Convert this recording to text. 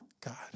God